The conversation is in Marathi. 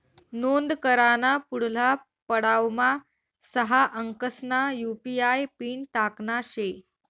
नोंद कराना पुढला पडावमा सहा अंकसना यु.पी.आय पिन टाकना शे